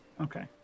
Okay